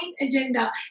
agenda